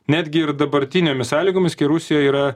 netgi ir dabartinėmis sąlygomis kai rusija yra